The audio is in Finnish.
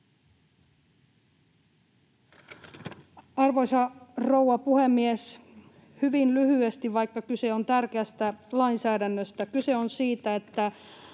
Arvoisa rouva puhemies! Hyvin lyhyesti, vaikka kyse on tärkeästä lainsäädännöstä. Kyse on siitä, että